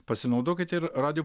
pasinaudokite ir radiju